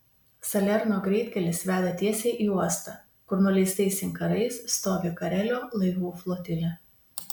salerno greitkelis veda tiesiai į uostą kur nuleistais inkarais stovi karelio laivų flotilė